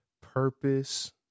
purpose